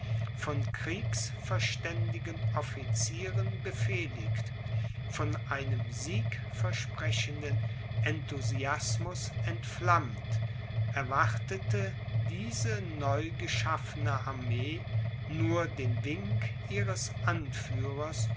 von kriegsverständigen officieren befehligt von einem siegversprechenden enthusiasmus entflammt erwartete diese neugeschaffne armee nur den wink ihres anführers